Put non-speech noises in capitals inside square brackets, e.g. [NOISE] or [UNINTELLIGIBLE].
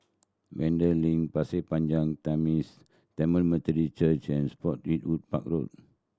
Vanda Link Pasir Panjang [UNINTELLIGIBLE] Tamil Methodist Church and Spottiswoode Park Road